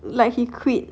like he quit